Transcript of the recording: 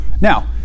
Now